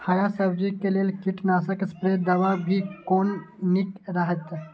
हरा सब्जी के लेल कीट नाशक स्प्रै दवा भी कोन नीक रहैत?